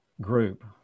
group